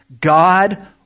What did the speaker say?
God